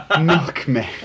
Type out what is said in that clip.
Milkman